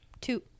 two